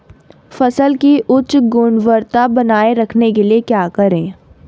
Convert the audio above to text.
फसल की उच्च गुणवत्ता बनाए रखने के लिए क्या करें?